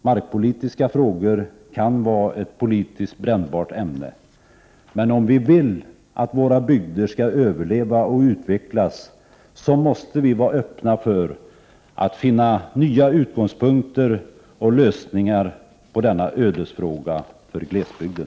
Markpolitiska frågor kan vara ett politiskt brännbart ämne, men om vi vill att våra bygder skall överleva och utvecklas, måste vi vara öppna för att finna nya utgångspunkter och lösningar på denna ödesfråga för glesbygden.